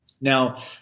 Now